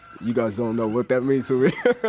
you guys don't know what that means so